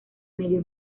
medio